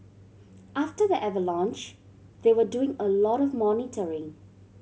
after the avalanche they were doing a lot of monitoring